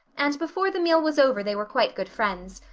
and before the meal was over they were quite good friends.